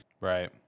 Right